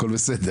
הכל בסדר,